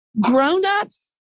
Grownups